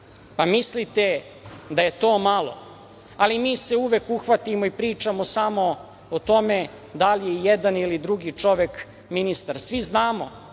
Mislite da je to malo? Mi se uvek uhvatimo i pričamo samo o tome da li je jedan ili drugi čovek ministar. Svi znamo